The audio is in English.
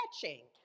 catching